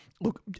look